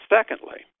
Secondly